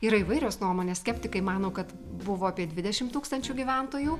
yra įvairios nuomonės skeptikai mano kad buvo apie dvidešimt tūkstančių gyventojų